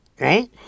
right